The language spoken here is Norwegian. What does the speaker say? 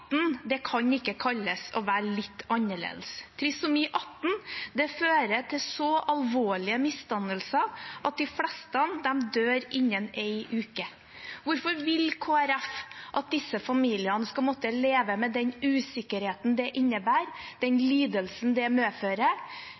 kan ikke kalles «å være litt annerledes». Trisomi 18 fører til så alvorlige misdannelser at de fleste dør innen en uke. Hvorfor vil Kristelig Folkeparti at disse familiene skal måtte leve med den usikkerheten det innebærer, den lidelsen det medfører